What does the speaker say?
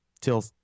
till